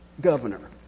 governor